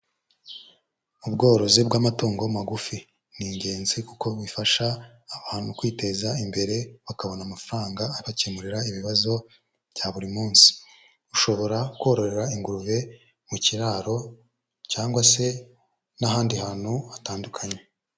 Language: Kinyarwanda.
Ubworozi bw'amatungo magufi ni ingenzi kuko bifasha abantu kwiteza imbere bakabona amafaranga abakemurira ibibazo bya buri munsi, ushobora kororera ingurube mu kiraro cyangwa se n'ahandi hantu hatandukanye.